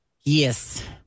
Yes